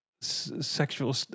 sexual